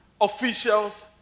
officials